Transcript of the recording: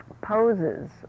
poses